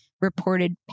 Reported